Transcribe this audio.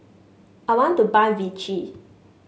I want to buy Vichy